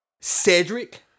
Cedric